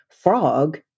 frog